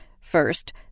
First